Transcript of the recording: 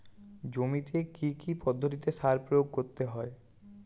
জমিতে কী কী পদ্ধতিতে সার প্রয়োগ করতে হয়?